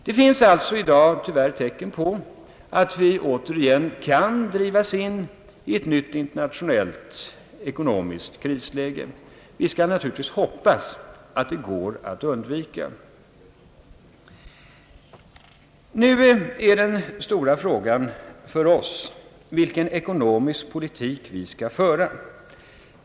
Det finns sålunda i dag tecken på att vi återigen kan drivas in i ett nytt internationellt ekonomiskt krisläge. Vi skall naturligtvis hoppas att det går att undvika. Nu är den stora frågan för oss, vilken ckonomisk politik som vi skall föra.